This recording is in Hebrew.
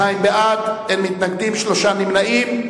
42 בעד, אין מתנגדים, שלושה נמנעים.